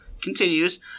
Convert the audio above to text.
Continues